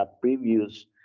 previous